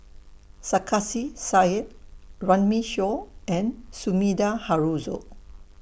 Sarkasi Said Runme Shaw and Sumida Haruzo